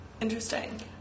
Interesting